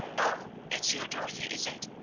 oh, it's you, dorothy, is it?